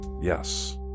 yes